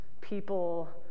people